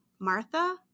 Martha